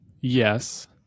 yes